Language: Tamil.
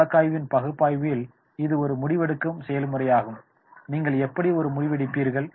வழக்காய்வின் பகுப்பாய்வில் இது ஒரு முடிவெடுக்கும் செயல்முறையாகும் நீங்கள் எப்படி ஒரு முடிவெடுப்பீர்கள்